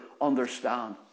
understand